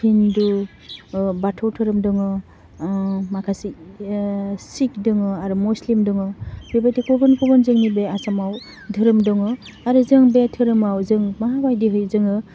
हिन्दु ओह बाथौ धोरोम दङ ओह माखासे ओह सिक दङ आरो मुस्लिम दङ बेबायदि गुबुन गुबुन जोंनि बे आसामाव धोरोम दङ आरो जों बे धोरोमाव जों मा बायदिहाय जोङो